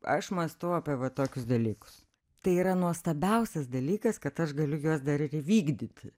aš mąstau apie va tokius dalykus tai yra nuostabiausias dalykas kad aš galiu juos dar ir įvykdyti